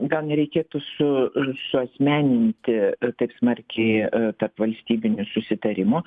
gal nereikėtų su suasmeninti taip smarkiai tarpvalstybinių susitarimų